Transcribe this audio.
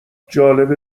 جالبه